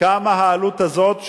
כמה העלות הזאת.